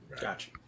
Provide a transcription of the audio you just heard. Gotcha